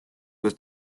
was